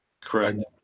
Correct